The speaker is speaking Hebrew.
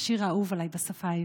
השיר האהוב עליי בשפה העברית.